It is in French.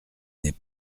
n’est